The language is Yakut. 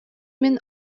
мин